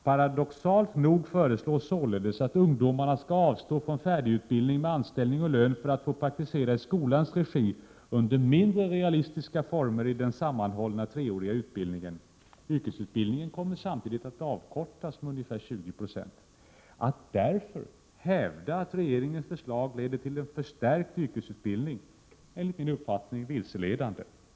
Paradoxalt nog föreslås således att ungdomarna skall avstå från färdigutbildning med anställning och lön för att få praktisera i skolans regi under mindre realistiska former i den sammanhållna treåriga utbildningen. Yrkesutbildningen kommer samtidigt att avkortas med ungefär 20 970. Att hävda att regeringens förslag leder till en förstärkt yrkesutbildning är vilseledande.